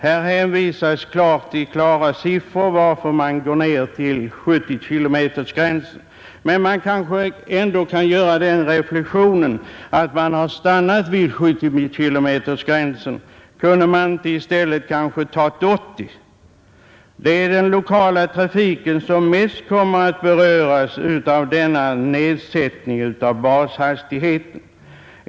Här redovisas direkt i klara siffror varför man går ned till 70-kilometersgränsen. Men man kanske ändå kan fråga varför regeringen och trafiksäkerhetsverket har stannat vid 70-kilometersgränsen. Kunde man inte i stället kanske ha tagit 80 kilometers hastighet? Det är den lokala trafiken som mest kommer att beröras av denna nedsättning av bashastigheten.